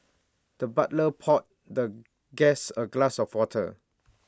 the butler poured the guest A glass of water